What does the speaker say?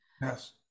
yes